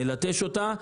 נלטש אותה.